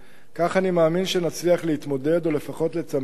כך אני מאמין שנצליח להתמודד, או לפחות לצמצם